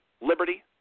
liberty